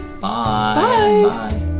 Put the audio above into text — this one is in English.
Bye